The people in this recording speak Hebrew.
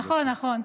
נכון, נכון.